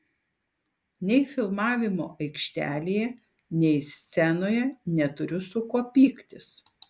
nei filmavimo aikštelėje nei scenoje neturiu su kuo pyktis